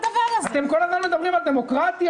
אתם כל הזמן מדברים על דמוקרטיה,